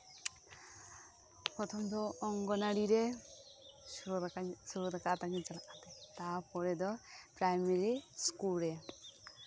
ᱯᱨᱚᱛᱷᱚᱢ ᱫᱚ ᱚᱝᱜᱚᱱᱣᱟᱲᱤ ᱨᱮ ᱥᱚᱲᱮ ᱫᱟᱠᱟ ᱥᱚᱲᱮ ᱫᱟᱠᱟ ᱟᱛᱟᱝ ᱤᱧ ᱪᱟᱞᱟᱜ ᱠᱟᱱ ᱛᱟᱦᱮᱱᱟ ᱛᱟᱨᱯᱚᱨᱮ ᱫᱚ ᱯᱨᱟᱭᱢᱟᱨᱤ ᱥᱠᱩᱞ ᱨᱮ